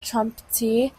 trumpeter